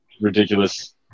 ridiculous